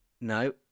No